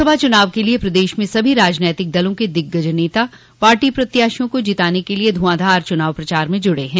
लोकसभा चुनाव के लिये प्रदेश में सभी राजनीतिक दलों के दिग्गज नेता पार्टी प्रत्याशियों को जिताने के लिये धुंआधार चुनाव प्रचार में जुटे हैं